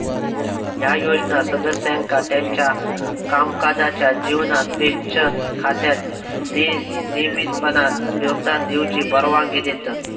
ह्या योजना सदस्यांका त्यांच्यो कामकाजाच्यो जीवनात पेन्शन खात्यात नियमितपणान योगदान देऊची परवानगी देतत